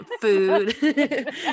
Food